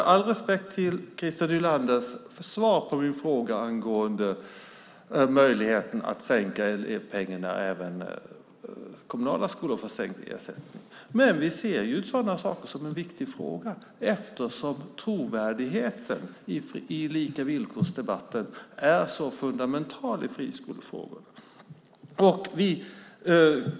All respekt för Christer Nylanders svar på min fråga angående möjligheten att även kommunala skolor får sänkt ersättning, men vi ser ju sådana saker som viktiga frågor eftersom trovärdigheten i debatten om lika villkor är så fundamental i friskolefrågan.